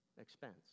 expense